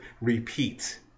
repeat